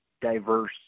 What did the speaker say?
diverse